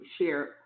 share